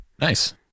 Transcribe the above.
Nice